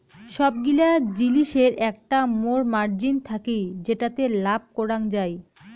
সবগিলা জিলিসের একটা মোর মার্জিন থাকি যেটাতে লাভ করাঙ যাই